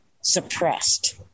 suppressed